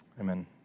Amen